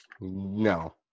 No